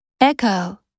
Echo